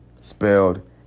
spelled